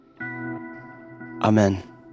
amen